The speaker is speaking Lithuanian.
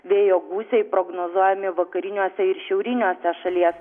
vėjo gūsiai prognozuojami vakariniuose ir šiauriniuose šalies